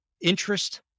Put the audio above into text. interest